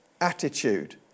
attitude